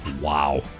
Wow